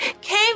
came